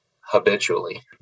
habitually